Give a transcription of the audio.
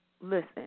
Listen